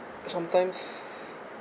sometimes